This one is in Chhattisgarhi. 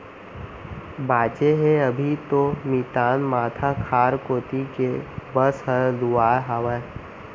बांचे हे अभी तो मितान माथा खार कोती के बस हर लुवाय हावय